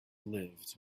lived